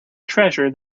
treasure